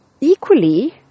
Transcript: Equally